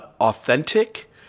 authentic